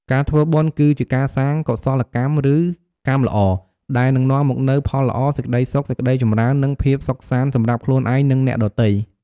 ការធ្វើបុណ្យគឺជាការសាង កុសលកម្ម ឬ កម្មល្អ ដែលនឹងនាំមកនូវផលល្អ សេចក្តីសុខ សេចក្តីចម្រើន និងភាពសុខសាន្តសម្រាប់ខ្លួនឯង និងអ្នកដទៃ។